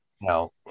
No